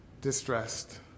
distressed